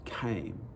came